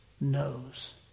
knows